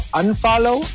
unfollow